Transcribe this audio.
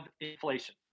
inflation